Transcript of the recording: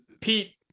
Pete